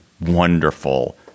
wonderful